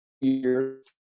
years